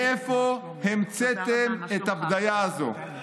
מאיפה המצאתם את הבדיה הזאת?